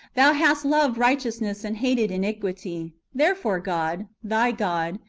thou hast loved righteousness, and hated iniquity therefore god, thy god,